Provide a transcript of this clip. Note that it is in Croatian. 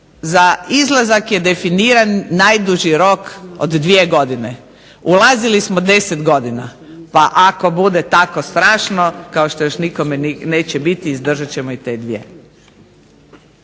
za izlazak je definiran najduži rok od 2 godine. Ulazili smo 10 godina. Pa ako bude tako strašno kao što još nikome neće biti izdržat ćemo i te 2.